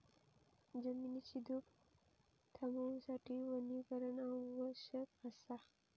जमिनीची धूप थांबवूसाठी वनीकरण आवश्यक असा